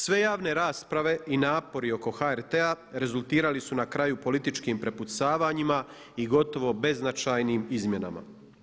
Sve javne rasprave i napori oko HRT-a rezultirali su na kraju političkim prepucavanjima i gotovo beznačajnim izmjenama.